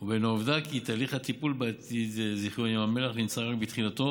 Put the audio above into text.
ובין העובדה כי תהליך הטיפול בעתיד זיכיון ים המלח נמצא רק בתחילתו.